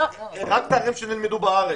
רק תארים שנלמדו בארץ.